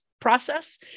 process